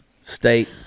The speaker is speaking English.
state